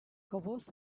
kavos